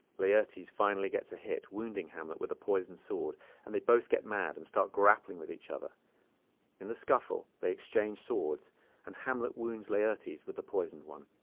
laertes finally gets a hit wounding hamlet with a poison sword and they both get mad and start grappling with each other in the scuffle they exchange swords and hamlet wounds laertes with the poisoned one